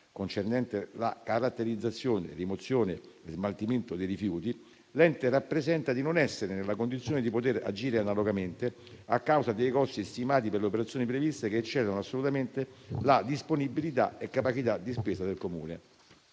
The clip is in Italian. concernente la caratterizzazione, la rimozione e lo smaltimento dei rifiuti - l'ente rappresenta di non essere nella condizione di agire analogamente a causa dei costi stimati per le operazioni previste che eccedono assolutamente la disponibilità e la capacità di spesa del Comune.